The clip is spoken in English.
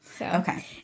Okay